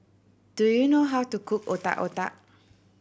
do you know how to cook Otak Otak